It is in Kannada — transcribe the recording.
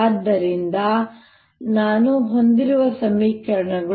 ಆದ್ದರಿಂದ ನಾನು ಹೊಂದಿರುವ ಸಮೀಕರಣಗಳು